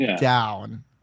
down